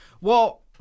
Well-